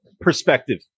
perspective